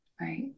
right